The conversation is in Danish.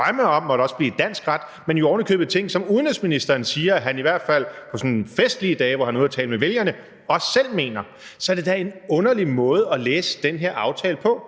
også måtte blive dansk ret, men jo ovenikøbet ting, som udenrigsministeren i hvert fald på sådan festlige dage, hvor han er ude at tale med vælgerne, også selv mener . Så det er da en underlig måde at læse den her aftale på.